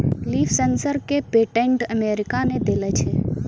Leaf sensor क patent America ने देलें छै?